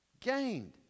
Gained